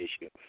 issue